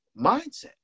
mindset